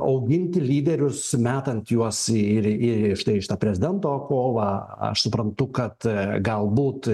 auginti lyderius metant juos ir į štai šitą prezidento kovą aš suprantu kad galbūt